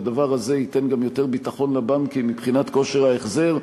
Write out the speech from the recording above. והדבר הזה גם ייתן יותר ביטחון לבנקים מבחינת כושר ההחזר,